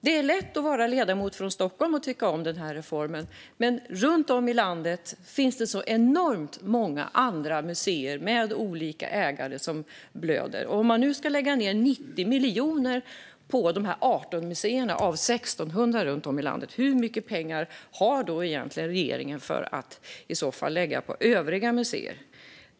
Det är lätt som ledamot från Stockholm att tycka om den här reformen. Men runt om i landet finns det så enormt många andra museer som blöder och har olika ägare. Om man nu ska lägga ned 90 miljoner på de här 18 museerna av 1 600 runt om i landet, hur mycket pengar har då egentligen regeringen för att i så fall lägga på övriga museer?